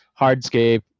hardscape